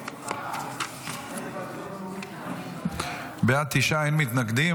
בעד, תשעה, אין מתנגדים.